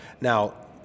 now